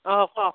অঁ কওক